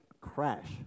crash